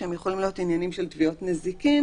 שהם יכולים להיות עניינים של תביעות נזיקין,